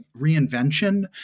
reinvention